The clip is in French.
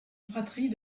fratrie